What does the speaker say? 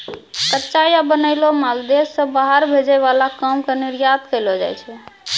कच्चा या बनैलो माल देश से बाहर भेजे वाला काम के निर्यात कहलो जाय छै